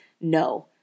No